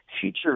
future